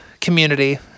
community